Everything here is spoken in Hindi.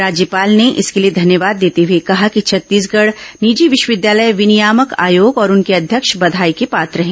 राज्यपाल ने इसके लिए घन्यवाद देते हुए कहा कि छत्तीसगढ़ निजी विश्वविद्यालय विनियामक आयोग और उनके अध्यक्ष बधाई के पात्र है